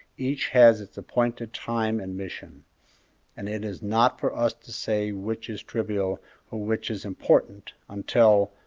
each has its appointed time and mission and it is not for us to say which is trivial or which is important, until,